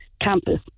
campus